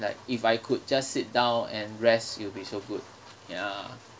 like if I could just sit down and rest it'll be so good ya